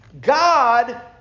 God